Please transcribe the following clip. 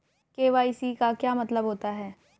KYC का क्या मतलब होता है?